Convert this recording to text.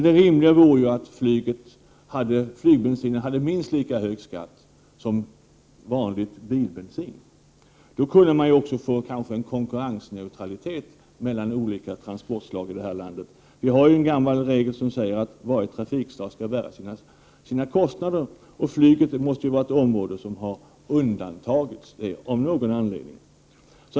Det rimliga vore att flygbensinen beskattades minst lika högt som bilbensin. Därigenom kunde man kanske också skapa konkurrensneutralitet mellan olika transportslag i det här landet. Vi har en gammal regel som säger att varje trafikslag skall bära sina kostnader. Flyget måste här vara ett område som av någon anledning har undantagits.